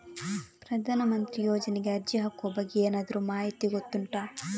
ಪ್ರಧಾನ ಮಂತ್ರಿ ಯೋಜನೆಗೆ ಅರ್ಜಿ ಹಾಕುವ ಬಗ್ಗೆ ಏನಾದರೂ ಮಾಹಿತಿ ಗೊತ್ತುಂಟ?